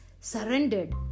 surrendered